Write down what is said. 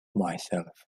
myself